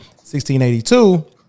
1682